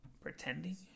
Pretending